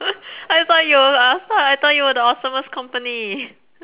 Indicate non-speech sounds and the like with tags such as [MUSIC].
[LAUGHS] I thought you were a~ I thought you were the awesomest company